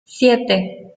siete